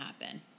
happen